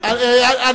שיחזירו את השטחים.